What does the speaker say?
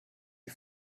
die